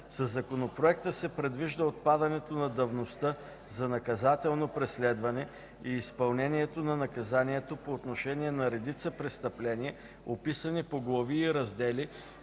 Със Законопроекта се предвижда отпадането на давността за наказателно преследване и изпълнението на наказанието по отношение на редица престъпления, описани по глави и раздели,